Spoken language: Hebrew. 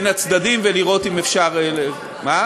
בין הצדדים ולראות אם אפשר, הוא מוכן.